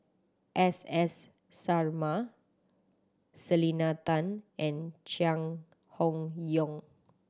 S S Sarma Selena Tan and Chai Hon Yoong